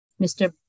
Mr